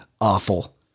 awful